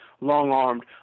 long-armed